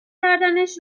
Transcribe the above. کردنش